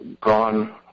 gone